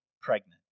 pregnant